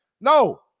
no